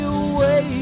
away